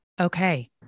Okay